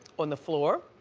on the floor?